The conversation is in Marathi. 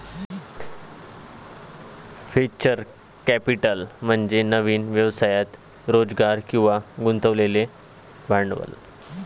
व्हेंचर कॅपिटल म्हणजे नवीन व्यवसायात रोजगार किंवा गुंतवलेले भांडवल